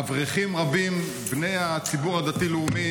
אברכים רבים בני הציבור הדתי-לאומי